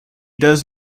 does